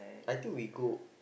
I think we go